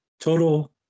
total